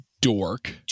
dork